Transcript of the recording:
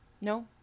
No